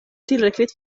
tillräckligt